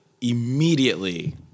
immediately